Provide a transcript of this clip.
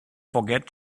forget